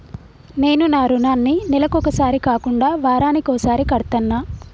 నేను నా రుణాన్ని నెలకొకసారి కాకుండా వారానికోసారి కడ్తన్నా